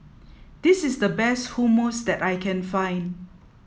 this is the best Hummus that I can find